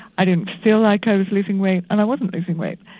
i didn't feel like i was losing weight, and i wasn't losing weight.